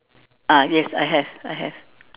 ah yes I have I have